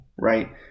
right